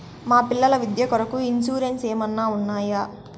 మా పిల్లల విద్య కొరకు ఇన్సూరెన్సు ఏమన్నా ఉన్నాయా?